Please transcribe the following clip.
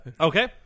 Okay